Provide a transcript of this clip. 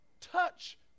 touch